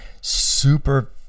super